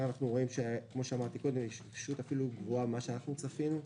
רואים שיש התאוששות אפילו גדולה ממה שאנחנו צפינו.